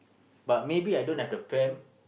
but maybe I don't have the pram